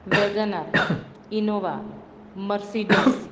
Wagon R Innova Mercedes